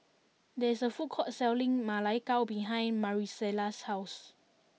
there is a food court selling Ma Lai Gao behind Marisela's house